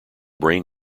brain